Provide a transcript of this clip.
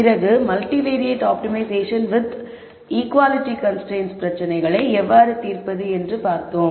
பிறகு multivariate optimization with equality constraints பிரச்சனைகளை எவ்வாறு தீர்ப்பது என்று பார்த்தோம்